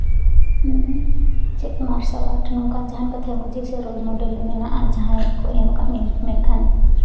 ᱦᱮᱸ ᱪᱮᱫ martial art ᱱᱚᱝᱠᱟᱱ ᱡᱟᱦᱟᱱ ᱠᱟᱛᱷᱟᱭ ᱵᱩᱡᱷᱟᱹᱣ ᱥᱮ ᱨᱳᱞ ᱢᱚᱰᱮᱞ ᱢᱮᱱᱟᱜᱼᱟ ᱡᱟᱦᱟᱸ ᱠᱚ ᱮᱢ ᱠᱟᱜ ᱢᱮᱭᱟ ᱢᱮᱱᱠᱷᱟᱱ